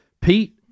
Pete